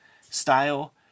style